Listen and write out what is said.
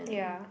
yeah